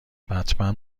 بتمن